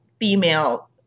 female